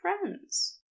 friends